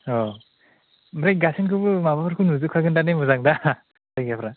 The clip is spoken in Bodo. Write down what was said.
औ ओमफ्राय गाथोनखौबो माबाफोरखौ नुजोबखागोन दा मोजां दा जायगाफ्रा